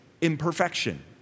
imperfection